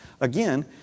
again